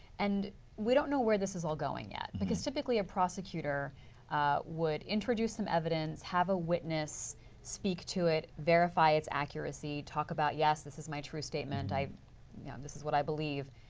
and we don't know where this is all going yet. but specifically a prosecutor would introduce some evidence, have a witness speak to it, verify its accuracy, talk about yes, this is my true statement, yeah this is what i believe.